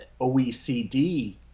OECD